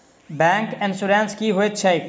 Bank insurance की होइत छैक?